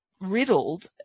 riddled